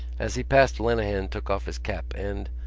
as he passed lenehan took off his cap and,